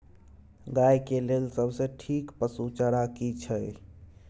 गाय के लेल सबसे ठीक पसु चारा की छै?